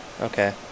Okay